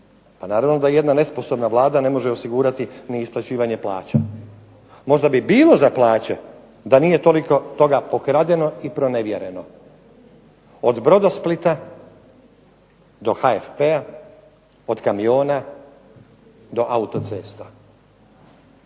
pa naravno da jedna nesposobna Vlada ne može osigurati ni isplaćivanje plaća. Možda bi bilo za plaće da nije toliko toga pokradeno i pronevjereno od Brodosplita do HEP-a, od kamiona do autocesta.